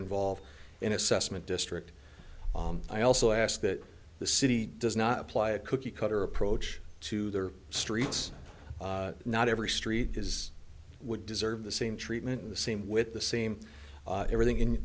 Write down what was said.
involve an assessment district i also ask that the city does not apply a cookie cutter approach to their streets not every street is would deserve the same treatment in the same with the same everything in